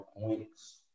points